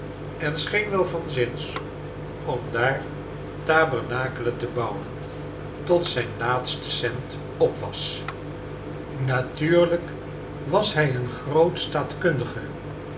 en scheen wel van zins om daar tabernakelen te bouwen tot zijn laatste dickens schetsen uit amerika en tafereelen uit ltalie l schetsen uit amerika cent op was natuurlijk was hij een groot